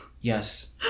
Yes